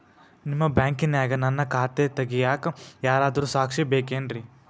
ನಿಮ್ಮ ಬ್ಯಾಂಕಿನ್ಯಾಗ ನನ್ನ ಖಾತೆ ತೆಗೆಯಾಕ್ ಯಾರಾದ್ರೂ ಸಾಕ್ಷಿ ಬೇಕೇನ್ರಿ?